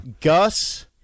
Gus